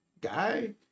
guy